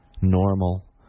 normal